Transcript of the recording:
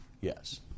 Yes